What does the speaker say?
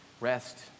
rest